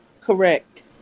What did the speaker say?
Correct